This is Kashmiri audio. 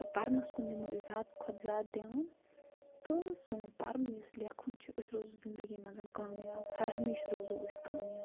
گوٚو پرنَس کُن دِمو أسۍ زیادٕ کھۄتہٕ زیادٕ دھیٛان تہٕ سون پَرُن یُس لیکھُن چھُ أسۍ روزُو زندگی منٛز کامیاب ہر ہمیشہٕ روزُو أسۍ کامیاب